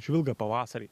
žvilga pavasarį